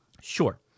Sure